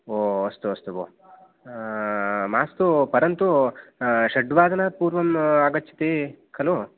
ओ अस्तु अस्तु भो मास्तु परन्तु षड्वादनात् पूर्वं आगच्चति खलु